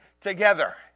together